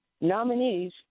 nominees